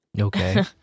Okay